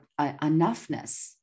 enoughness